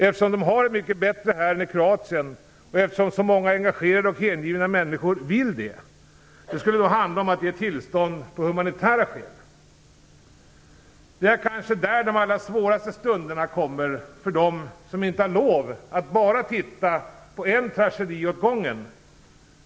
Eftersom de har det mycket bättre här än i Kroatien och eftersom så många engagerade och hängivna människor vill detta skulle det handla om att ge tillstånd av humanitära skäl. Det är kanske där de allra svåraste stunderna kommer för dem som inte har lov att bara titta på en tragedi åt gången.